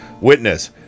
witness